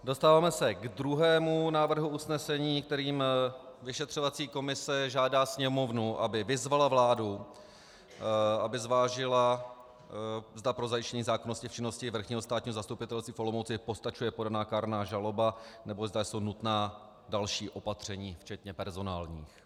Dostáváme se k druhému návrhu usnesení, kterým vyšetřovací komise žádá Sněmovnu, aby vyzvala vládu, aby zvážila, zda pro zajištění zákonnosti v činnosti Vrchního státního zastupitelství v Olomouci postačuje podaná kárná žaloba, nebo zda jsou nutná další opatření včetně personálních.